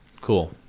Cool